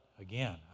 again